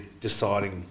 deciding